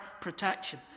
protection